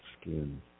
skin